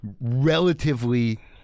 relatively